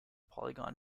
polygon